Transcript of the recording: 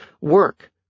Work